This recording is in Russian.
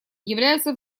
являются